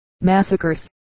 massacres